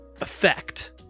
...effect